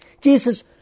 Jesus